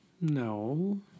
No